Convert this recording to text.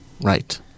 Right